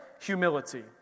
humility